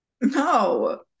No